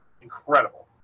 Incredible